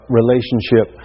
relationship